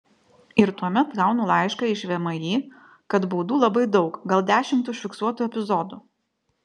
ir tuomet gaunu laišką iš vmi kad baudų labai daug gal dešimt užfiksuotų epizodų